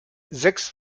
sechs